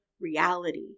reality